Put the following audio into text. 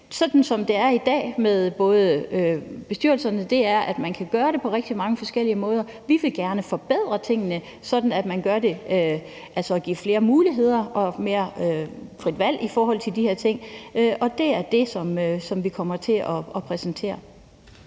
I dag er det sådan med bestyrelserne, at man kan gøre det på rigtig mange forskellige måder. Vi vil gerne forbedre tingene, sådan at man giver flere muligheder og mere frit valg i forhold til de her ting, og det er det, som vi kommer til at præsentere.